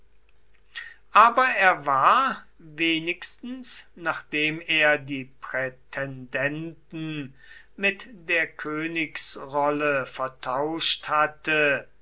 aber er war wenigstens nachdem er die prätendenten mit der königsrolle vertauscht hatte